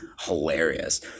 hilarious